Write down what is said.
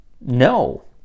no